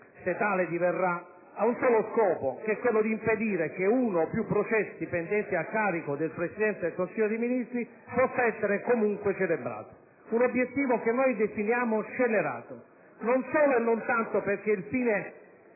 se tale diverrà, ha il solo scopo di impedire che uno o più processi pendenti a carico del Presidente del Consiglio dei ministri possa essere comunque celebrato, un obbiettivo che consideriamo scellerato, non solo e non tanto perché il fine